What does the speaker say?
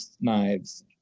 knives